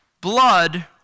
blood